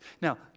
Now